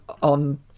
on